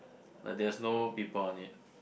but there's no people on it